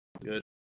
Good